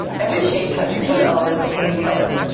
every shape has two elements that can be colored.